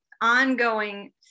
ongoing